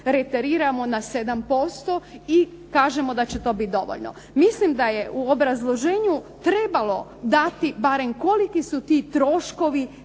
rejteriramo za 7% i kažemo da će to biti dovoljno. Mislim da je u obrazloženju trebalo dati barem koliki su ti troškovi